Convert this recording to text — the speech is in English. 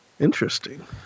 Interesting